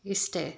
ಇಷ್ಟೇ